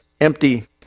empty